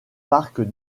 parc